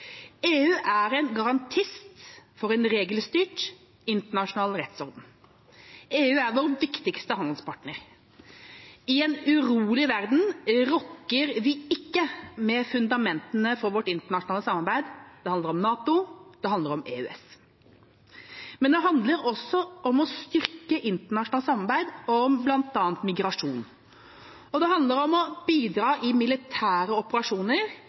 EU er en garantist for en regelstyrt internasjonal rettsorden. EU er vår viktigste handelspartner. I en urolig verden rokker vi ikke ved fundamentene for vårt internasjonale samarbeid. Det handler om NATO. Det handler om EØS. Men det handler også om å styrke internasjonalt samarbeid om bl.a. migrasjon. Og det handler om å bidra i militære operasjoner